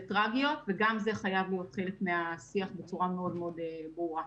טרגיות וגם זה חייב להיות חלק מהשיח בצורה מאוד מאוד ברורה.